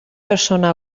persona